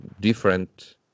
different